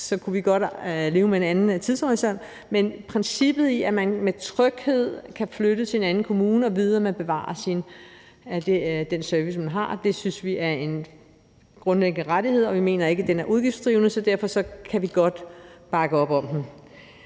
kunne vi godt leve med en anden tidshorisont, men princippet i, at man med tryghed kan flytte til en anden kommune og vide, at man bevarer den service, man har, synes vi er en grundlæggende rettighed, og vi mener ikke, at den er udgiftsdrivende, så derfor kan vi godt bakke op om det.